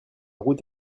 route